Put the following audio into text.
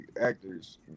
actors